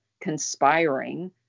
conspiring